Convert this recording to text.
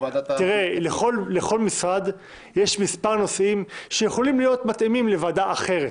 לכל משרד יש מספר נושאים שיכולים להיות מתאימים לוועדה אחרת.